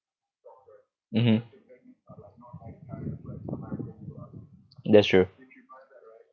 mmhmm that's true